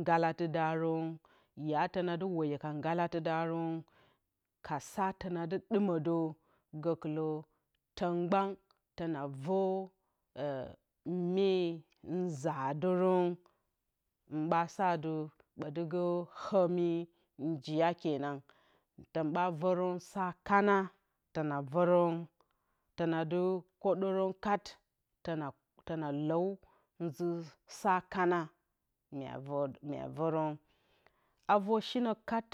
ngalatɨdarǝn, ya tɨna weyǝ ka ngalatɨdarɨn kasa tɨna dɨ ɗɨmǝ dǝ gǝkɨlǝ tǝn mgban tɨna vǝ myee nzadǝrǝn, hɨn ɓa sati bǝti hǝmi njiya kenan tǝn ɓa vǝrǝn sa kana tɨna vǝrǝn tɨna dɨ kǝdǝrǝn kat tɨna lǝu nzɨ sa kana mye vǝrǝn a vǝr shinǝ kat